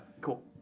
cool